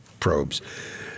Probes